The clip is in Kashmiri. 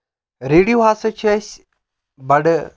ریڈیو ہَسا چھِ اَسہِ بَڑٕ